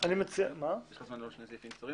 שני הסעיפים הבאים